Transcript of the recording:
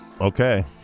Okay